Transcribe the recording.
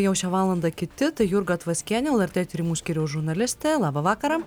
jau šią valandą kiti tai jurga tvaskienė lrt tyrimų skyriaus žurnalistė labą vakarą